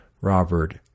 Robert